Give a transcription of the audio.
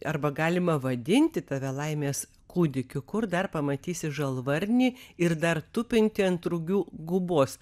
arba galima vadinti tave laimės kūdikiu kur dar pamatysi žalvarinį ir dar tupintį ant rugių gubos